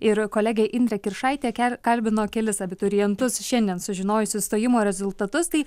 ir kolegė indrė kiršaitė kel kalbino kelis abiturientus šiandien sužinojusius stojimo rezultatus tai